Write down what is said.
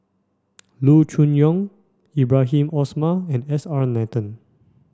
Loo Choon Yong Ibrahim Omar and S R Nathan